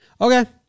Okay